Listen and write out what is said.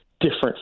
different